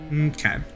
Okay